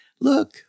look